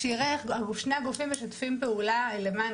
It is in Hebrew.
שיראה איך שני הגופים משתפים פעולה למען